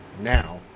now